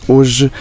Hoje